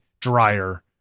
dryer